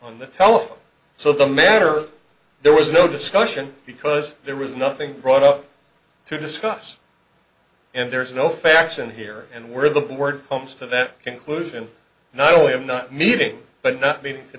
on the telephone so the matter there was no discussion because there was nothing brought up to discuss and there is no facts in here and were the board comes to that conclusion not only of not meeting but not meeting to